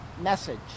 message